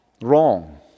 wrong